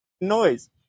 noise